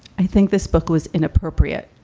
i think this book was inappropriate